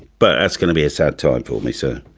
but it's gonna be a sad time for me so